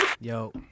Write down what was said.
Yo